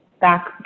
back